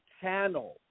channel